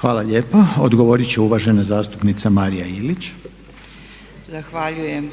Hvala lijepa. Odgovorit će uvažena zastupnica Marija Ilić. **Ilić, Marija (HSU)** Zahvaljujem.